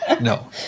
No